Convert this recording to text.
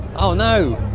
oh, no